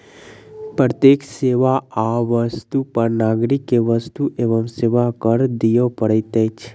प्रत्येक सेवा आ वस्तु पर नागरिक के वस्तु एवं सेवा कर दिअ पड़ैत अछि